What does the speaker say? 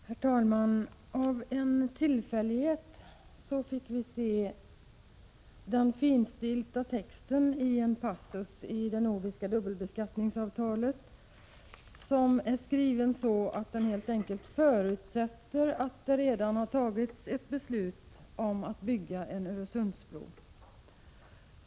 Herr talman! Av en tillfällighet fick vi se en passus i den finstilta texten i det nordiska dubbelbeskattningsavtalet som är skriven så att den helt enkelt förutsätter att det redan har fattats ett beslut om att bygga en Öresundsbro.